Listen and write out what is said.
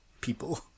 people